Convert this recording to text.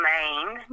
Maine